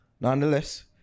Nonetheless